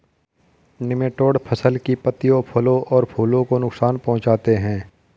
nematode फसल की पत्तियों फलों और फूलों को नुकसान पहुंचाते हैं